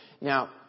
now